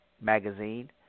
magazine